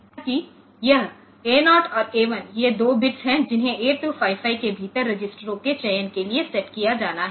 हालाँकि यह A 0 और A 1ये 2 बिट्स हैं जिन्हें 8255 के भीतर रजिस्टरों के चयन के लिए सेट किया जाना है